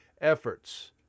efforts